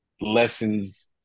lessons